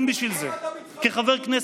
אני מתייחס אליך בכבוד.